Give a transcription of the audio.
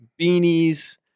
beanies